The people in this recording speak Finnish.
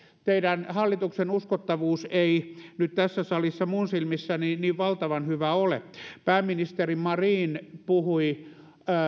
teidän hallituksen uskottavuus ei nyt tässä salissa minun silmissäni niin valtavan hyvä ole pääministeri marin puhui